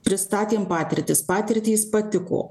pristatėm patirtis patirtys patiko